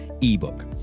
ebook